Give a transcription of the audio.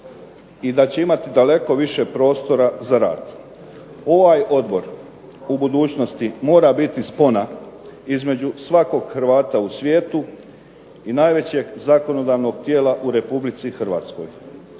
i da će imati daleko više prostora za rad. Ovaj odbor u budućnosti mora biti spona između svakog Hrvata u svijetu i najvećeg zakonodavnog tijela u Republici Hrvatskoj.